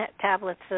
Tablets